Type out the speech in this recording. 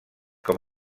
com